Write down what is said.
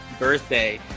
birthday